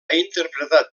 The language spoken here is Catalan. interpretat